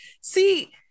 See